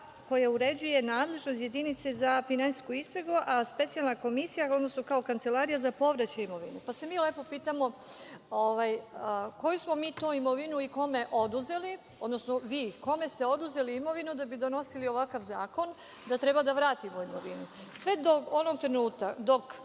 koja uređuje nadležnost Jedinice za finansijsku istragu, kao kancelarija za povraćaj imovine. Mi se lepo pitamo – koju smo mi to imovinu i kome oduzeli, odnosno vi kome ste oduzeli imovinu da bi donosili ovakav zakon da treba da vratimo imovinu? Sve do onog trenutka dok